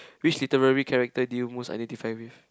which literary character do you most identify with